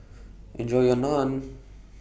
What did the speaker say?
Enjoy your Naan